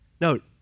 Note